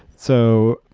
so,